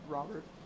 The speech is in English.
Robert